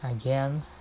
again